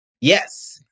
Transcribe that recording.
Yes